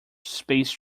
space